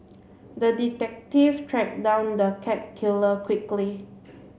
the detective tracked down the cat killer quickly